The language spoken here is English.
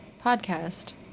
Podcast